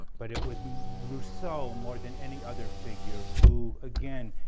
but it was rousseau more than any other figure who, again,